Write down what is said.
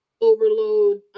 overload